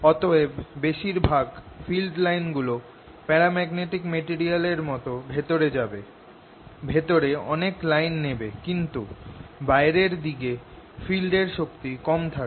অতএব বেশির ভাগ ফিল্ড লাইনগুলো প্যারাম্যাগনেটিক মেটেরিয়াল এর মতন ভেতরে যাবে ভেতরে অনেক লাইন নেবে কিন্তু বাইরের দিকে ফিল্ড এর শক্তি কম থাকে